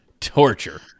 torture